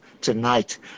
tonight